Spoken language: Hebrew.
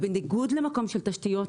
בניגוד למקום של תשתיות,